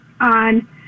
on